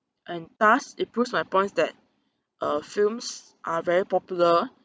and thus it proves my points that uh films are very popular